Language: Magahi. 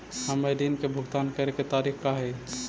हमर ऋण के भुगतान करे के तारीख का हई?